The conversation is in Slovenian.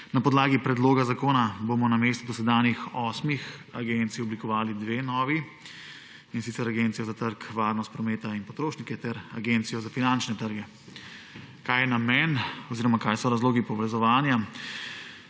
Na podlagi predloga zakona bomo namesto dosedanjih osmih agencij oblikovali dve novi, in sicer Agencijo za trg, varnost prometa in potrošnike ter Agencijo za finančne trge. Kaj je namen oziroma kaj so razlogi povezovanja?